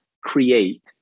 create